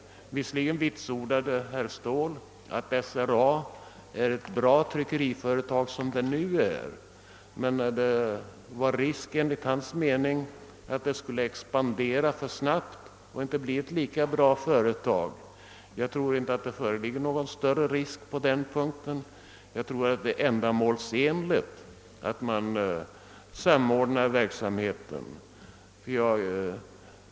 Visserligen vitsordade herr Ståhl att SRA är ett utmärkt tryckeriföretag för närvarande men att det enligt hans mening funnes risk för att företaget skulle expandera alltför snabbt och därigenom inte bli lika bra i fortsättningen. Jag tror inte att det föreligger någon större risk på den punkten; jag anser att det är ändamålsenligt att samordna verksamheten.